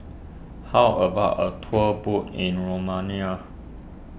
how about a tour boat in Romania